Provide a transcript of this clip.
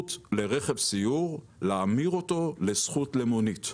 הזכות לרכב סיור, להמיר אותו לזכות למונית.